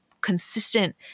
consistent